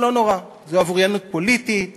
אבל לא נורא, זו עבריינות פוליטית נסלחת.